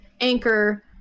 anchor